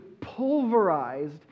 pulverized